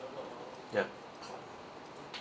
ya